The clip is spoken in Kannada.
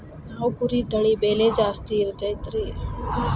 ಯಾವ ಕುರಿ ತಳಿ ಬೆಲೆ ಜಾಸ್ತಿ ಇರತೈತ್ರಿ?